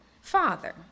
Father